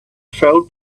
fell